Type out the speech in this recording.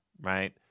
right